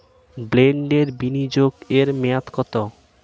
বন্ডে বিনিয়োগ এর মেয়াদ কত?